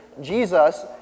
Jesus